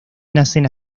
nacen